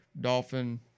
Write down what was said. Dolphin